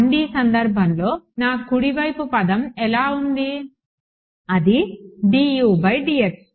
1D సందర్భంలో నా కుడి వైపు పదం ఎలా ఉంది అది dudx